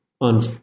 on